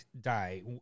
die